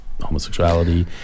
homosexuality